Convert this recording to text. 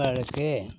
பழக்கு